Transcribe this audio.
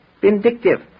Vindictive